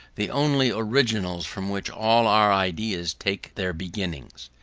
the only originals from which all our ideas take their beginnings.